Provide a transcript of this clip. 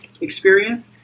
experience